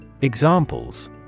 Examples